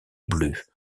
bleus